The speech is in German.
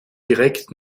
direkt